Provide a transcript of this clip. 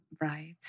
Right